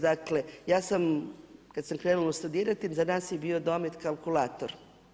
Dakle, ja sam kad sam krenula studirati, za nas je bio domet kalkulator.